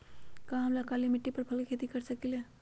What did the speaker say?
का हम काली मिट्टी पर फल के खेती कर सकिले?